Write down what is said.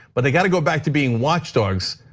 but they gotta go back to being watchdogs,